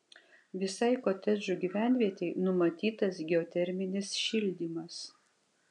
visai kotedžų gyvenvietei numatytas geoterminis šildymas